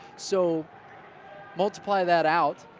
so multiply that out,